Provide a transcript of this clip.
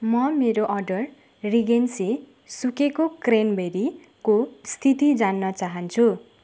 म मेरो अर्डर रिजेन्सी सुकेको क्रैनबेरीको स्थिति जान्न चाहन्छु